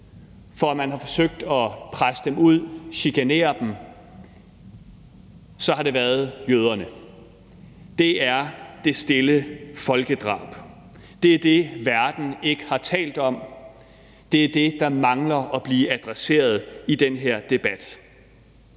hvor man har forsøgt at presse dem ud og chikanere dem, så har det været jøderne, og det er det stille folkedrab. Det er det, verden ikke har talt om, og det er det, der mangler at blive adresseret i den her debat.